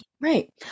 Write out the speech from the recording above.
Right